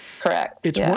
correct